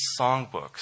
songbooks